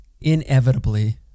inevitably –